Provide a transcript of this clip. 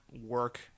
work